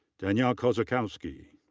danielle kosakowski.